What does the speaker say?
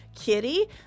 Kitty